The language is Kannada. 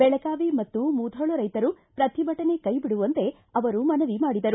ಬೆಳಗಾವಿ ಮತ್ತು ಮುಧೋಳ ರೈತರು ಪ್ರತಿಭಟನೆ ಕೈ ಬಿಡುವಂತೆ ಅವರು ಮನವಿ ಮಾಡಿದರು